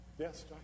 Yes